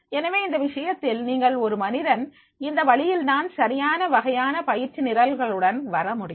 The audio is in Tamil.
எனவே இந்த விஷயத்தில் நீங்கள் ஒரு மனிதன் இந்த வழியில்தான் சரியான வகையான பயிற்சி நிரல்களுடன் வரமுடியும்